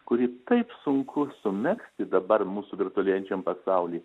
kurį taip sunku sumegzti dabar mūsų virtualėjančiam pasauly